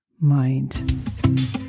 mind